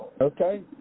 Okay